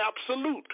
absolute